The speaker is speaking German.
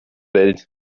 welt